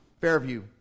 Fairview